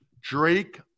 Drake